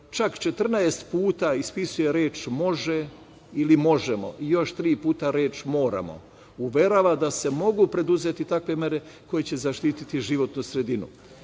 čak 14 puta ispisuje reč može ili možemo, još tri puta reč moramo. Uverava da se mogu preduzeti takve mere koje će zaštiti životnu sredinu.